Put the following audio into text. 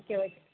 okay okay